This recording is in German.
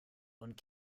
und